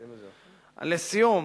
לסיום,